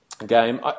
game